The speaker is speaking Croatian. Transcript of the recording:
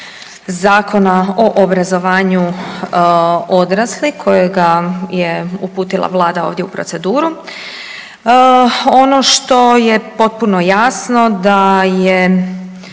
Zakona o obrazovanju odraslih kojega je uputila vlada ovdje u proceduru. Ono što je potpuno jasno da je